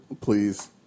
please